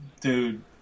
Dude